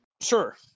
Sure